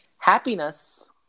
Happiness